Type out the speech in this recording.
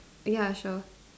ya sure